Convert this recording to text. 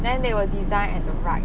then they will design at the right